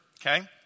okay